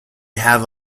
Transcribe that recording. have